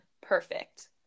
perfect